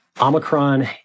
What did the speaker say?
Omicron